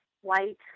white